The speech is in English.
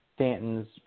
Stanton's